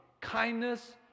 kindness